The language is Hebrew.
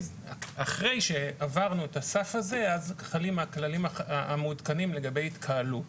אחרי שעברנו את הסף הזה אז חלים הכללים המעודכנים לגבי התקהלות,